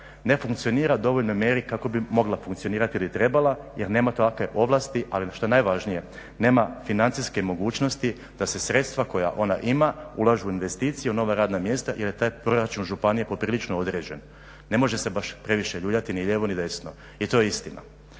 ne funkcionira u dovoljnoj mjeri kako bi mogla funkcionirati ili trebala jer neka takve ovlasti ali što je najvažnije nema financijske mogućnosti da se sredstva koja ona ima ulažu u investicije, u nova radna mjesta jer je taj proračun županije poprilično određen, ne može se baš previše ljuljati ni lijevo ni desno i to je istina.